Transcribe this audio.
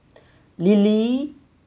lily